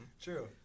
True